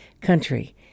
country